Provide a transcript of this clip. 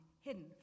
hidden